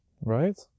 Right